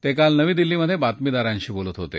ते काल नवी दिल्लीत बातमीदारांशी बोलत होते